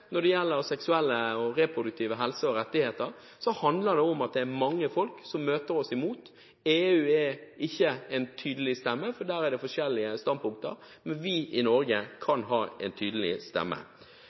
det er mange folk som går mot oss. EU har ikke en tydelig stemme, for der er det forskjellige standpunkter. Vi i Norge kan